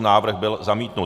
Návrh byl zamítnut.